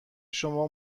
شما